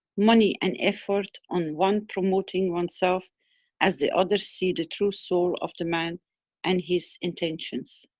money and effort on one promoting oneself as the others see the true soul of the man and his intentions.